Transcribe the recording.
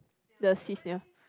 the sea snail